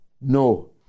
no